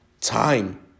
time